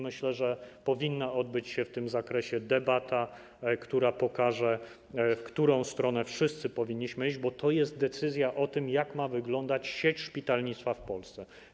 Myślę, że powinna odbyć się w tym zakresie debata, która pokaże, w którą stronę wszyscy powinniśmy iść, bo to jest decyzja o tym, jak ma wyglądać sieć szpitalnictwa w Polsce.